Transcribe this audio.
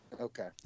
Okay